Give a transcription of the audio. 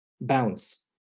bounce